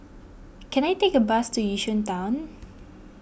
can I take a bus to Yishun Town